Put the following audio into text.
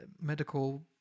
medical